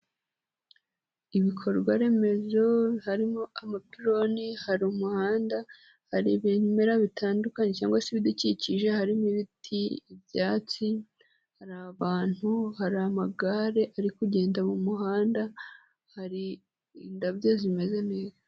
Ibikorwaremezo harimo amapironi, hari umuhanda, hari ibimera bitandukanye cyangwa se ibidukikije, harimo ibiti, ibyatsi, hari abantu, hari amagare ari kugenda mu muhanda, hari indabyo zimeze neza.